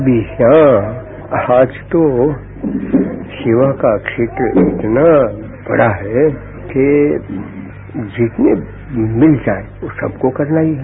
अभी हां आज तो सेवा का क्षेत्र इतना बड़ा है कि जितने मिल जाएं उन सबको करना ही है